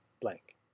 blank